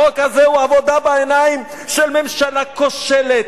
החוק הזה הוא עבודה בעיניים של ממשלה כושלת,